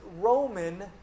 Roman